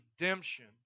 redemption